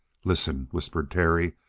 listen, whispered terry,